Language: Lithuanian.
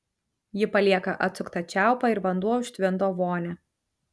ji palieka atsuktą čiaupą ir vanduo užtvindo vonią